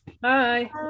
Bye